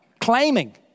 claiming